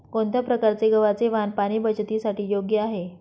कोणत्या प्रकारचे गव्हाचे वाण पाणी बचतीसाठी योग्य आहे?